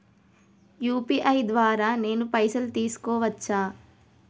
UPI ద్వారా నేను పైసలు తీసుకోవచ్చా?